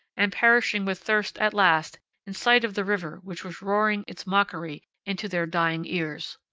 and perishing with thirst at last in sight of the river which was roaring its mockery into their dying ears.